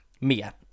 Mia